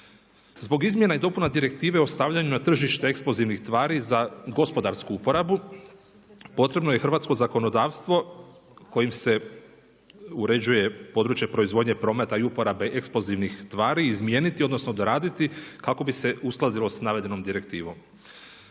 Zbog izmjena i dopuna Direktive o stavljanju na tržište eksplozivnih tvari za gospodarsku uporabu, potrebno je hrvatsko zakonodavstvo kojim se uređuje područje proizvodnje, prometa i uporabe eksplozivnih tvari izmijeniti odnosno doraditi kako bi se uskladilo sa navedenom direktivom.